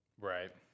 Right